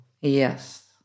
Yes